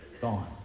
Gone